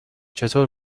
چطور